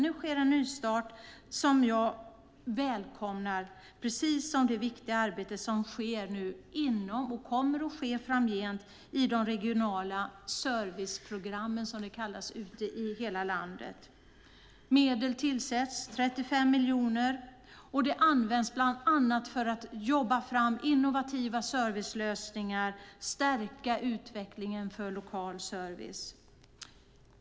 Nu sker en nystart som jag välkomnar, precis som det viktiga arbete som sker, och kommer att ske framgent, inom de regionala serviceprogrammen ute i hela landet. 35 miljoner tillsätts, bland annat för att arbeta fram innovativa servicelösningar och stärka utvecklingen för lokal service.